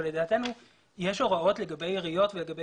אבל לדעתנו יש הוראות לגבי עיריות ולגבי